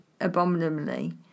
abominably